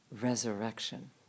resurrection